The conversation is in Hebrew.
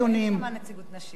אין שם נציגות נשית.